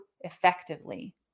effectively